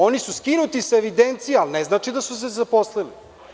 Oni su skinuti sa evidencije, ali ne znači da su se zaposlili.